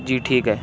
جی ٹھیک ہے